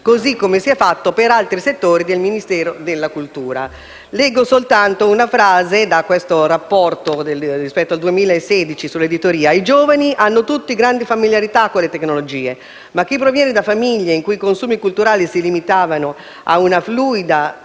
così come si è fatto per altri settori del Ministero della cultura. Leggo soltanto una frase da un rapporto del 2016 sull'editoria: «I giovani hanno tutti grande familiarità con le tecnologie, ma chi proviene da famiglie in cui i consumi culturali si limitavano a quanto fluiva dagli